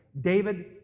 David